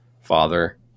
father